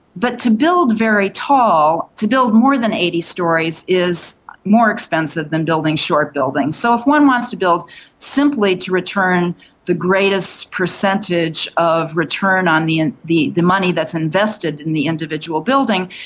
but to build very tall, to build more than eighty storeys, is more expensive than building short buildings. so if one wants to build simply to return the greatest percentage of return on the and the money that's invested in the individual building,